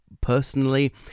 personally